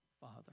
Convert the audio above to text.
Father